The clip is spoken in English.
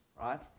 right